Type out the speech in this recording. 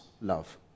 love